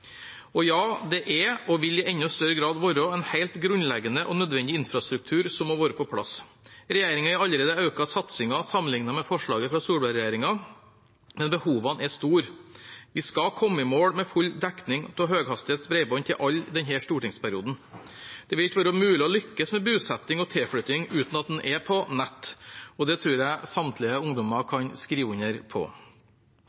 og god mobildekning i hele landet. Ja, det er og vil i enda større grad være en helt grunnleggende og nødvendig infrastruktur som må være på plass. Regjeringen har allerede økt satsingen sammenlignet med forslaget fra Solberg-regjeringen, men behovene er store. Vi skal komme i mål med full dekning av høyhastighets bredbånd til alle i denne stortingsperioden. Det vil ikke være mulig å lykkes med bosetting og tilflytting uten at man er på nett, det tror jeg samtlige ungdommer